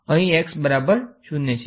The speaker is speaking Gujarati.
અહી x 0 છે